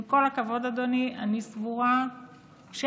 עם כל הכבוד, אדוני, אני סבורה שלא.